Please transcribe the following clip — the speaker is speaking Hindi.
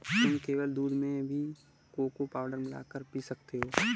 तुम केवल दूध में भी कोको पाउडर मिला कर पी सकते हो